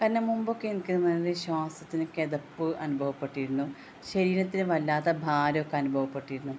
കാരണം മുമ്പൊക്കെ എനിക്ക് ശ്വാസത്തിന് കിതപ്പ് അനുഭവപ്പെട്ടിരുന്നു ശരീരത്തിന് വല്ലാത്ത ഭാരമൊക്കെ അനുഭവപ്പെട്ടിരുന്നു